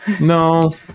No